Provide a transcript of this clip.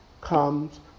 comes